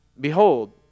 Behold